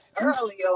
earlier